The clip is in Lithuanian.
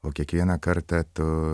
o kiekvieną kartą tu